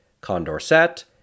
Condorcet